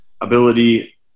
Ability